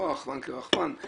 לא הרחפן כרחפן,